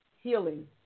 healing